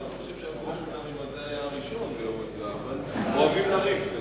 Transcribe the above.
אני חושב שזה היה הראשון, אבל אוהבים לריב.